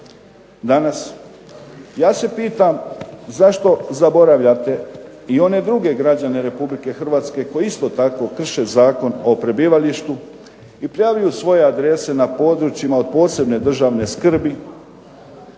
danas. Ja se pitam zašto zaboravljate i one druge građane Republike Hrvatske koji isto tako krše Zakon o prebivalištu i prijavljuju svoje adrese na područjima od posebne državne skrbi.